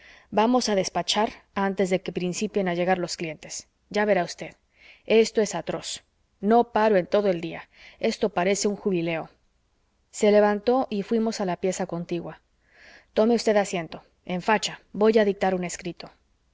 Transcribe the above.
vamos a despachar antes de que principien a llegar los clientes ya verá usted esto es atroz no paro en todo el día esto parece un jubileo se levantó y fuimos a la pieza contigua tome usted asiento en facha voy a dictar un escrito